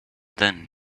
then